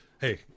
Hey